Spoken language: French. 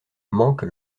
manque